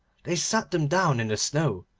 they sat them down in the snow,